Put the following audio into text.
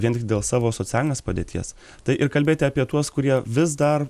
vien tik dėl savo socialinės padėties tai ir kalbėti apie tuos kurie vis dar